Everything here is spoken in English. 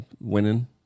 winning